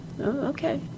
okay